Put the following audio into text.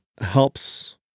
helps